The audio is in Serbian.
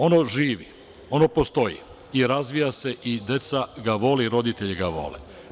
Ono živi, ono postoji i razvija se, i deca ga vole i roditelji ga vole.